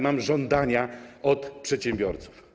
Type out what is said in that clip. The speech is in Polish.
Mam żądania od przedsiębiorców.